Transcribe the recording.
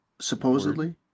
supposedly